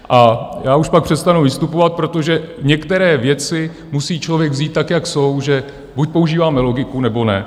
A já už pak přestanu vystupovat, protože některé věci musí člověk vzít tak, jak jsou, že buď používáme logiku, nebo ne.